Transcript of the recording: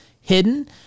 hidden